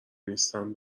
نیستن